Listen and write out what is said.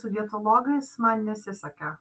su dietologais man nesisekė